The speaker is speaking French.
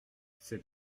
ces